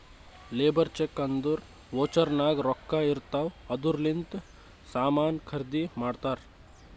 labour cheque ಅಂದುರ್ voucher ನಾಗ್ ರೊಕ್ಕಾ ಇರ್ತಾವ್ ಅದೂರ್ಲಿಂದೆ ಸಾಮಾನ್ ಖರ್ದಿ ಮಾಡ್ತಾರ್